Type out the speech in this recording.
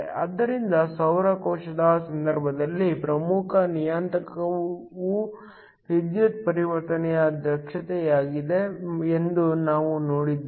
ಆದ್ದರಿಂದ ಸೌರ ಕೋಶದ ಸಂದರ್ಭದಲ್ಲಿ ಪ್ರಮುಖ ನಿಯತಾಂಕವು ವಿದ್ಯುತ್ ಪರಿವರ್ತನೆ ದಕ್ಷತೆಯಾಗಿದೆ ಎಂದು ನಾವು ನೋಡಿದ್ದೇವೆ